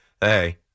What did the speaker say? Hey